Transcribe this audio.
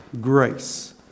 grace